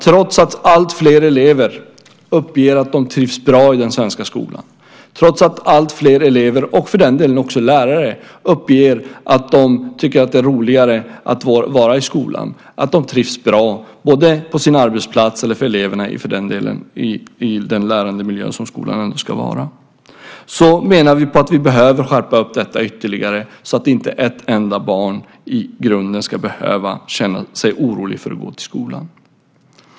Trots att alltfler elever uppger att de trivs bra i den svenska skolan, trots att alltfler elever och för den delen också lärare uppger att de tycker att det är roligare att vara i skolan, att de trivs bra på sin arbetsplats och eleverna i den lärandemiljö som skolan ska vara, menar vi att det behövs en ytterligare uppskärpning så att inte ett enda barn i grunden ska behöva känna oro för att gå till skolan.